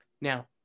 Now